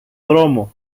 δρόμο